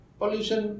pollution